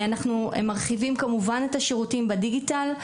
אנחנו מרחיבים כמובן את השירותים בדיגיטל,